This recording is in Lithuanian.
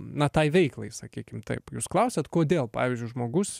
na tai veiklai sakykim taip jūs klausiat kodėl pavyzdžiui žmogus